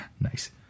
Nice